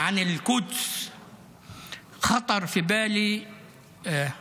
על אל-קודס (אומר בערבית:),